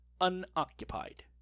unoccupied